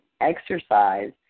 exercise